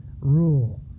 rule